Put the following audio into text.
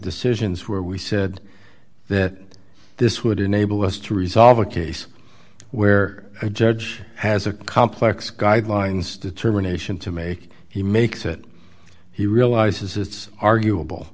decisions where we said that this would enable us to resolve a case where a judge has a complex guidelines determination to make he makes it he realizes it's arguable